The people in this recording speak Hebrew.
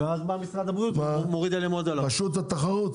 --- ואז בא משרד הבריאות מוריד אליהם עוד --- משרד האוצר,